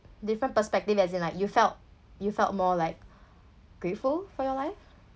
different perspective as in like you felt you felt more like grateful for your life